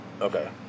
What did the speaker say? Okay